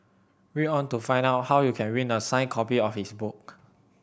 read on to find out how you can win a signed copy of his book